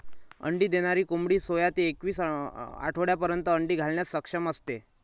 अंडी देणारी कोंबडी सोळा ते एकवीस आठवड्यांपर्यंत अंडी घालण्यास सक्षम असते